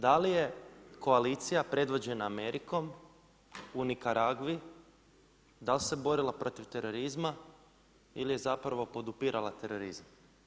Da li je koalicija predvođena Amerikom u Nikaragvi, dal se borila protiv terorizma, ili je zapravo podupirala terorizam?